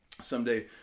someday